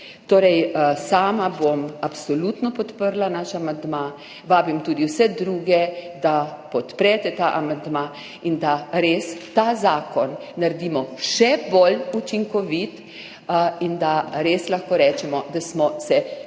Sama bom absolutno podprla naš amandma. Vabim tudi vse druge, da podprete ta amandma in da res ta zakon naredimo še bolj učinkovit, da res lahko rečemo, da smo se pri eni